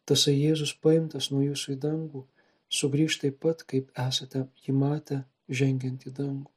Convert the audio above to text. tasai jėzus paimtas nuo jūsų į dangų sugrįš taip pat kaip esate jį matę žengiant į dangų